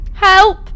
Help